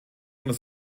unter